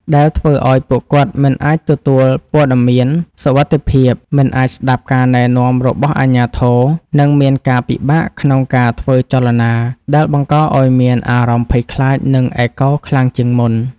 ដែលធ្វើឱ្យពួកគាត់មិនអាចទទួលព័ត៌មានសុវត្ថិភាព មិនអាចស្ដាប់ការណែនាំរបស់អាជ្ញាធរ និងមានការពិបាកក្នុងការធ្វើចលនា ដែលបង្កឱ្យមានអារម្មណ៍ភ័យខ្លាច និងឯកោខ្លាំងជាងមុន។